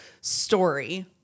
story